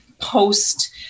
post